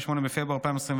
28 בפברואר 2024,